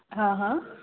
हा हा